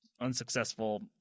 unsuccessful